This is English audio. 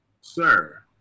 Sir